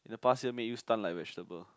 the past year make you stun like vegetable